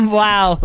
wow